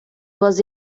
was